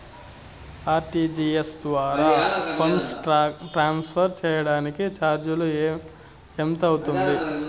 RTGS ద్వారా funds transfer సేయడానికి చార్జీలు ఎంత అవుతుంది